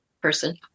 person